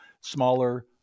smaller